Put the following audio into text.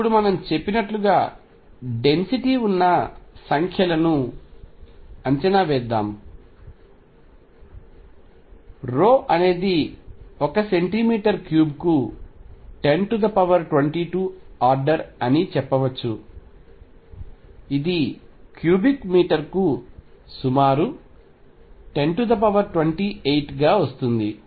ఇప్పుడు మనం చెప్పినట్లుగా డెన్సిటీ ఉన్న సంఖ్యలను అంచనా వేద్దాం అనేది ఒక సెంటీమీటర్ క్యూబ్కు 1022 ఆర్డర్ అని చెప్పవచ్చు ఇది క్యూబిక్ మీటర్కు సుమారు 1028 గా వస్తుంది